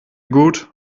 gut